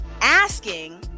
asking